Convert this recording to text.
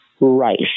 rice